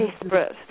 desperate